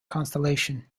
constellation